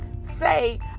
say